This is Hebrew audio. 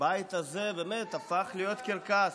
הבית הזה באמת הפך להיות קרקס.